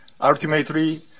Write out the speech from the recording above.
ultimately